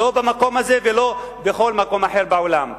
לא במקום הזה ולא בכל מקום אחר בעולם.